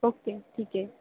okay ठीक आहे